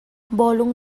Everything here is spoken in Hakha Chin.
bawlung